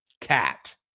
Cat